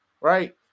Right